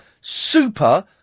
super